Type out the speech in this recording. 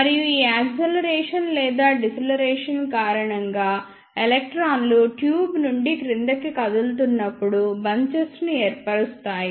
మరియు ఈ యాక్సిలరేషన్ లేదా డిసెలేరేషన్ కారణంగా ఎలక్ట్రాన్లు ట్యూబ్ నుండి క్రిందికి కదులుతున్నప్పుడు బంచెస్ ను ఏర్పరుస్తాయి